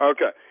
Okay